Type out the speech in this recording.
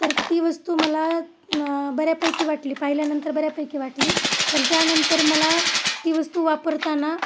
तर ती वस्तू मला बऱ्यापैकी वाटली पाहिल्यानंतर बऱ्यापैकी वाटली पण त्यानंतर मला ती वस्तू वापरताना